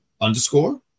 underscore